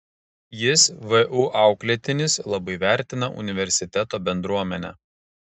jis vu auklėtinis labai vertina universiteto bendruomenę